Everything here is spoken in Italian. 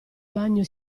bagno